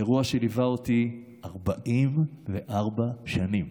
אירוע שליווה אותי 44 שנים